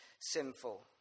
sinful